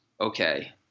Okay